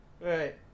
Right